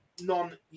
non